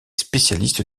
spécialiste